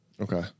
Okay